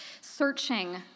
searching